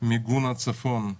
מיגון הצפון,